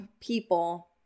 people